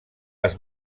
les